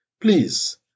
Please